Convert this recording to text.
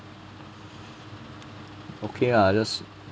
okay lah just